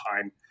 time